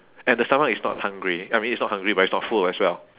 and the stomach is not hungry I mean it's not hungry but it's not full as well